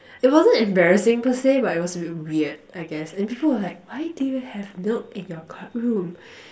it wasn't embarrassing per se but it was weird I guess and people were like why do you have milk in your club room